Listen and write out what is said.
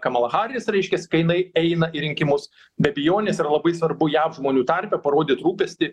kamala haris reiškias kai jinai eina į rinkimus be abejonės yra labai svarbu jav žmonių tarpe parodyt rūpestį